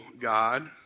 God